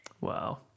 Wow